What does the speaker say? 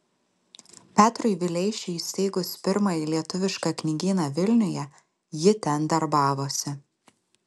petrui vileišiui įsteigus pirmąjį lietuvišką knygyną vilniuje ji ten darbavosi